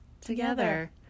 together